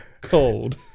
cold